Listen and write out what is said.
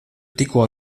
tikko